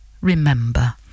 remember